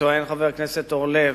טוען חבר הכנסת אורלב,